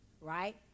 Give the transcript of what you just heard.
right